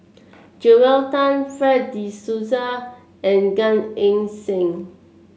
Joel Tan Fred De Souza and Gan Eng Seng